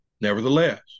Nevertheless